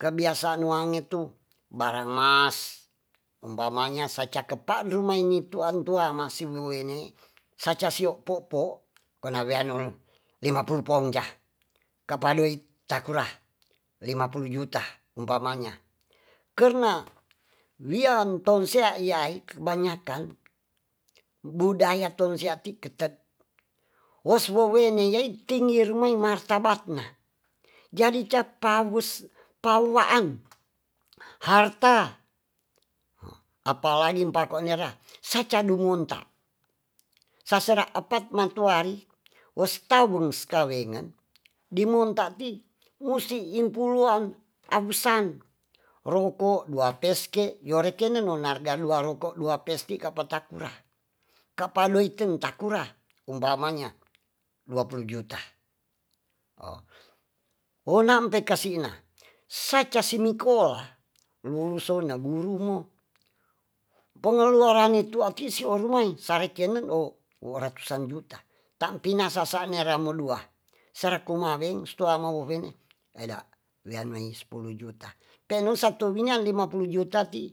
Kabiasaan wangetu barang masumpamanya sacakepa rumaini tu tuantuama masi buene sacasio po'po' konawean lipulu poongja kapadoi takura lima pulu juta umpamanya karna wiantonsea kebanyakan budaya tonsea ketet woswowene yei tinggi rumai martabatna jadi japauas pawaang harta apalagi pakonera sacadumunta sasera apat mamuntuari wostaubunskawengan dimutaki musi inpuluan abusan roko dua peske yorekenen nonarga dua rokok dua pesti kapatakura kapadoiten takura umapamanya dua puluh juta onai mpe kasina saca simikola lulusona burumo pengeluarane tuaki si orumai sarekenen owo ratusan juta tampina sasa' niaramimodua sarakumaweng stuamamuwene eda weanmai sepuluh juta teanu satu winang lima puluh juta ti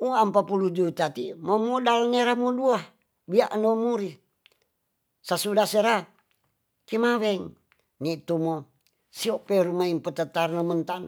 uampapulu juta ti mo modal niaramodua biano muri sasuda sera kimaweng ni tumo sio perumae patataranewenten.